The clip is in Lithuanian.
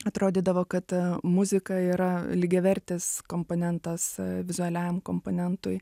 atrodydavo kad muzika yra lygiavertis komponentas vizualiajam komponentui